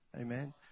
Amen